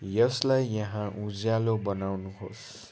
यसलाई यहाँ उज्यालो बनाउनुहोस्